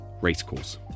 Racecourse